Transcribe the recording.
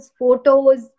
photos